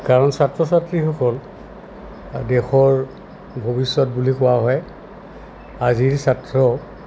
কাৰণ ছাত্ৰ ছাত্ৰীসকল দেশৰ ভৱিষ্যত বুলি কোৱা হয় আজিৰ ছাত্ৰ